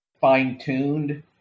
fine-tuned